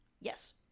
Yes